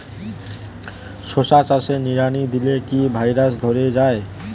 শশা চাষে নিড়ানি দিলে কি ভাইরাস ধরে যায়?